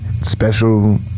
special